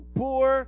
poor